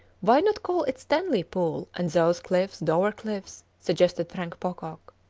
why not call it stanley pool and those cliffs dover cliffs? suggested frank pocock.